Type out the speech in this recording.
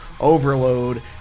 Overload